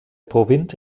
provinz